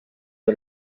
sur